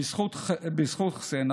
בזכות חסיין,